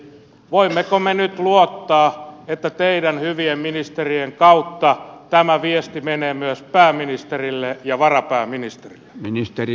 voimmeko me nyt luottaa että teidän hyvien ministerien kautta tämä viesti menee myös pääministerille ja varapääministerille